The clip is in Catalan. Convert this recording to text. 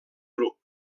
grup